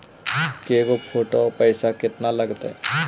के गो फोटो औ पैसा केतना लगतै?